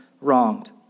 wronged